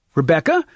Rebecca